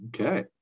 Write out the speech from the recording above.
okay